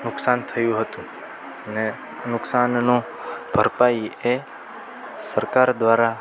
નુકશાન થયું હતું ને નુકશાનનું ભરપાઈ એ સરકાર દ્વારા